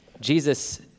Jesus